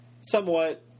somewhat